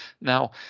now